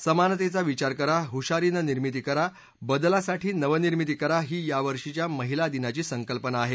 समानतेचा विचार करा हुशारीनं निर्मिती करा बदलासाठी नवनिर्मिती करा ही या वर्षीच्या महिला दिनाची संकल्पना आहे